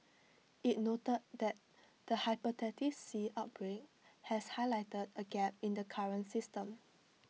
IT noted that the Hepatitis C outbreak has highlighted A gap in the current system